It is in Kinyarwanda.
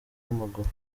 wamaguru